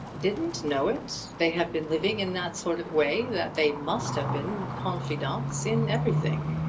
didn't know it! they have been living in that sort of way that they must have been confidantes in everything.